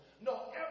No